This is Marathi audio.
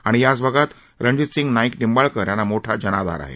आणि याच भागात रणजितसिंग नाईक निंबाळकर यांना मोठा जनाधार आहे